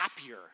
happier